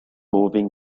moving